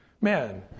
Man